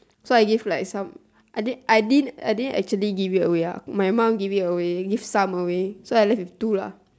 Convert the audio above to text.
so I give like some I didn't I didn't I didn't actually give it away ah my mom give it away give some away so I left with two lah